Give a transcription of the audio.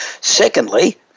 Secondly